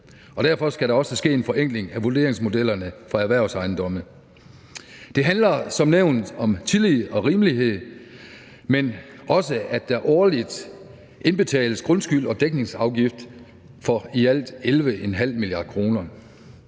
Derfor skal der også ske en forenkling af vurderingsmodellerne for erhvervsejendomme. Det handler som nævnt om tillid og rimelighed, men også om, at der årligt indbetales grundskyld og dækningsafgift for i alt 11,5 mia. kr.